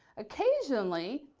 occasionally,